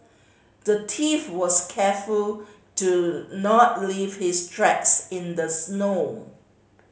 the thief was careful to not leave his tracks in the snow